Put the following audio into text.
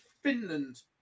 finland